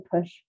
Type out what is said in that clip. push